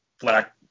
black